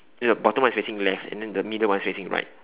then the bottom one is facing left and then the middle one is facing right